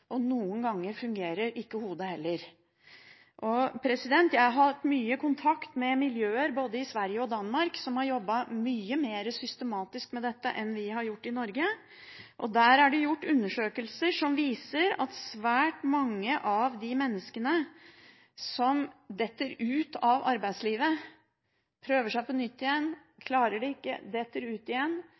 Og noen ganger funger ikke hodet heller. Jeg har hatt mye kontakt med miljøer i både Sverige og Danmark, som har jobbet mye mer systematisk med dette enn vi har gjort i Norge. Der er det gjort undersøkelser som viser at svært mange av de menneskene som faller ut av arbeidslivet – de som prøver seg på nytt igjen, ikke klarer det, faller ut igjen